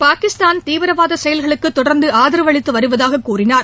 பாகிஸ்தான் தீவிரவாத செயலுக்கு தொடர்ந்து ஆதரவு அளித்து வருவதாகக் கூறினார்